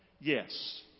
yes